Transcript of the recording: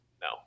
No